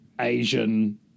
Asian